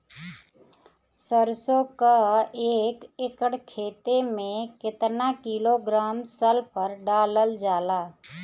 सरसों क एक एकड़ खेते में केतना किलोग्राम सल्फर डालल जाला?